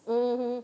mmhmm